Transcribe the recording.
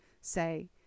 say